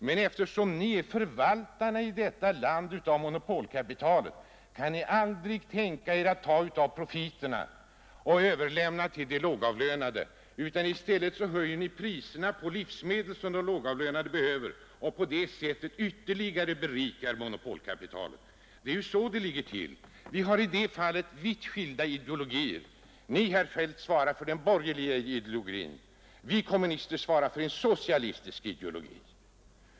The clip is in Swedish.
Men eftersom Ni är förvaltaren för monopolkapitalet i detta land kan Ni aldrig tänka Er att ta av profiterna och överlämna till de lågavlönade utan i stället höjer Ni priserna på livsmedel som de lågavlönade behöver och på det sättet berikar Ni monopolkapitalet ytterligare. Det är så det ligger till. Vi har i det fallet vitt skilda ideologier. Ni, herr Feldt, svarar för den borgerliga ideologin, vi kommunister svarar för den socialistiska ideologin.